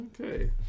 Okay